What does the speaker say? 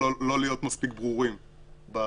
ולא להיות מספיק ברורים בנושא.